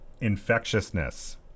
infectiousness